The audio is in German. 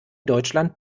deutschland